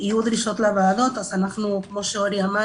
ותהיינה דרישות מהוועדות, אז כמו שאורי שלומאי אמר